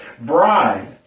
bride